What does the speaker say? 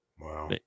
Wow